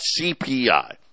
CPI